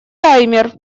таймер